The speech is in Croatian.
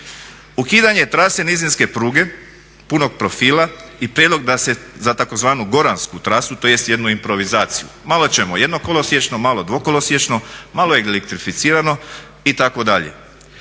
ukidanje trase nizinske pruge punog profila i prijedlog da se za tzv. goransku trasu tj. jednu improvizaciju malo ćemo jednokolosječno, malo dvokolosječno, malo elektrificirano itd.